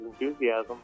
enthusiasm